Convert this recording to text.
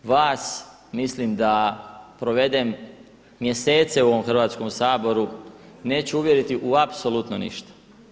Vas mislim da provedem mjesece u ovom Hrvatskom saboru neću uvjeriti u apsolutno ništa.